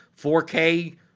4k